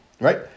right